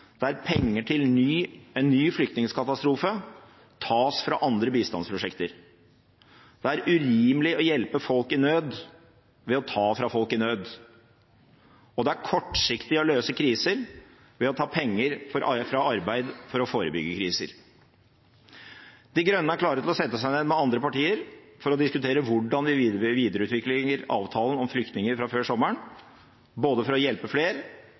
praksis der penger til en ny flyktningkatastrofe tas fra andre bistandsprosjekter. Det er urimelig å hjelpe folk i nød ved å ta fra folk i nød. Det er kortsiktig å løse kriser ved å ta penger fra arbeid for å forebygge kriser. De Grønne er klare til å sette seg ned med andre partier for å diskutere hvordan vi bør videreutvikle avtalen om flyktninger fra før sommeren, både for å hjelpe flere